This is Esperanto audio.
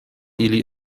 ili